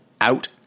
out